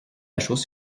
chose